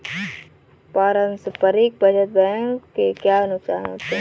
पारस्परिक बचत बैंक के क्या नुकसान होते हैं?